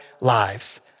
lives